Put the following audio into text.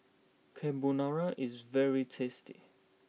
Carbonara is very tasty